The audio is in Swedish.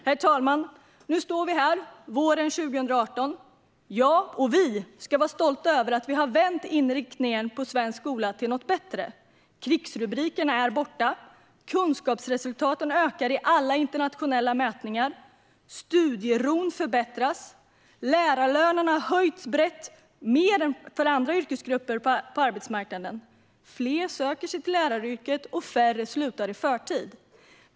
Herr talman! Nu står vi här våren 2018. Jag och vi ska vara stolta över att vi har vänt inriktningen på svensk skola till det bättre. Krigsrubrikerna är borta. Kunskapsresultaten ökar i alla internationella mätningar. Studieron förbättras. Lärarlönerna har höjts brett och mer än för andra yrkesgrupper på arbetsmarknaden. Fler söker sig till läraryrket och färre slutar i förtid.